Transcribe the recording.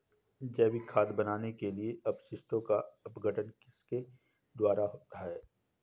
जैविक खाद बनाने के लिए अपशिष्टों का अपघटन किसके द्वारा होता है?